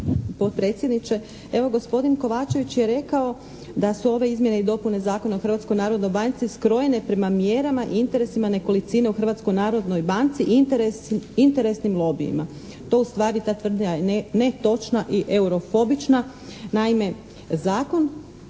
Evo, gospodin Kovačević je rekao da su ove izmjene i dopune Zakona o Hrvatskoj narodnoj banci skrojene prema mjerama i interesima nekolicine u Hrvatskoj narodnoj banci i interesnim lobijima. To ustvari je ta tvrdnja netočna i eurofobična. Naime, Zakon